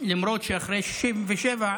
למרות שאחרי 67',